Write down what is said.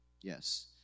Yes